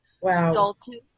Dalton